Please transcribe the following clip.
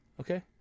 Okay